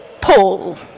Paul